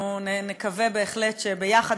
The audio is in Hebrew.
אנחנו נקווה בהחלט שביחד,